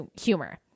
humor